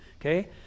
okay